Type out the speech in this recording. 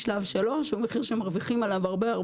ושלב 3 הוא המחיר שהם מרוויחים עליו הרבה,